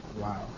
wow